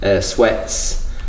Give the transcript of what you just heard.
sweats